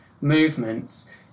movements